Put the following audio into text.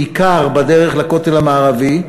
בעיקר בדרך לכותל המערבי,